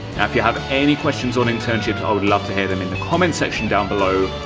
if you have any questions on internships, i would love to hear them in the comment section down below,